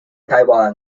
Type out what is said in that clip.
taiwan